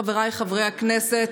חבריי חברי הכנסת,